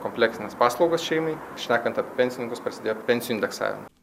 kompleksinės paslaugos šeimai šnekant apie pensininkus prasidėjo pensijų indeksavimai